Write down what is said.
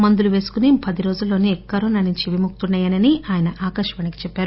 మందులు వేసుకుని పదిరోజుల్లోస కరోనానుంచి విముక్తుడనయ్యానని ఆయన ఆకాశవాణికి చెప్పారు